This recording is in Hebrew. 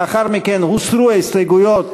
לאחר מכן הוסרו ההסתייגויות,